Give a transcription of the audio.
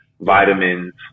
vitamins